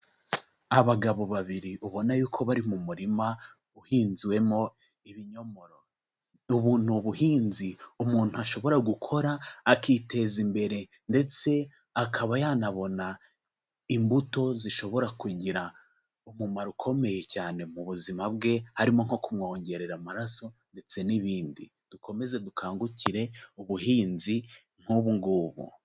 Abagabo babiri ubona yuko bari mu murima uhinzwemo ibinyomoro, ubu ni ubuhinzi umuntu ashobora gukora akiteza imbere ndetse akaba yanabona imbuto zishobora kugira umumaro ukomeye cyane mu buzima bwe, harimo nko kumwongerera amaraso ndetse n'ibindi, dukomeze dukangukire ubuhinzi nk'ubu ngubu.